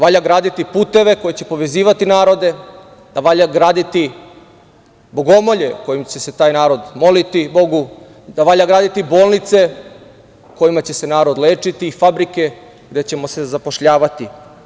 Valja graditi puteve koji će povezivati narode, da valja graditi bogomelje u kojima će se taj narod moliti Bogu, da valja graditi bolnice u kojima će se narod lečiti i fabrike gde ćemo se zapošljavati.